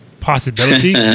Possibility